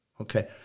Okay